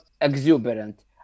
exuberant